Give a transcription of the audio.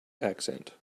accent